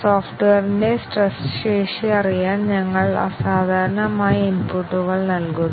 സോഫ്റ്റ്വെയറിന്റെ സ്ട്രെസ്സ് ശേഷി അറിയാൻ ഞങ്ങൾ അസാധാരണമായ ഇൻപുട്ടുകൾ നൽകുന്നു